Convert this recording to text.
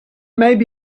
maybe